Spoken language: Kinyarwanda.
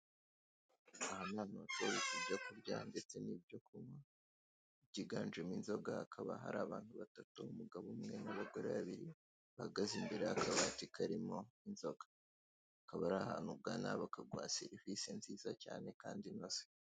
Aha ni ahantu bacururiza ibyo kurya ndetse n'ibyo kunywa byiganjemo inzoga hakaba hari abantu batatu umugabo umwe n'abagore babiri bahagaze imbere y'akabati karimo inzoga, akaba ari ahantu ugana bakaguha serivise nziza cyane kandi inoze.